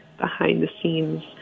behind-the-scenes